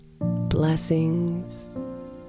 Blessings